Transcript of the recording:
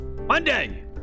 Monday